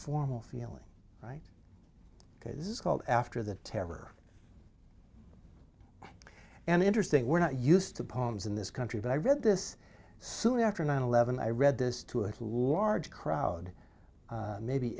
formal feeling right because this is called after the terror and interesting we're not used to poems in this country but i read this soon after nine eleven i read this to a large crowd maybe